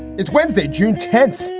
it's wednesday, june tenth,